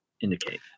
indicate